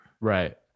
Right